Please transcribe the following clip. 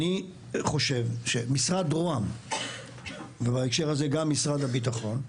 אני חושב שמשרד ראש הממשלה ובהקשר הזה גם משרד הביטחון,